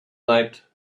night